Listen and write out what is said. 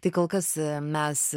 tai kol kas mes